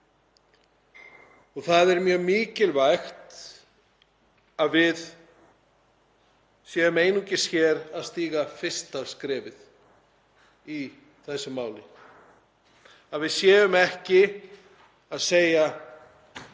Það er mjög mikilvægt að við séum einungis hér að stíga fyrsta skrefið í þessu máli, við séum ekki að segja: